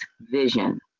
vision